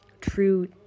true